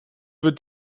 wird